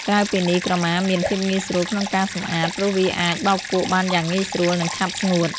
ក្រៅពីនេះ ក្រមាមាន ភាពងាយស្រួលក្នុងការសម្អាត ព្រោះវាអាចបោកគក់បានយ៉ាងងាយស្រួល និងឆាប់ស្ងួត។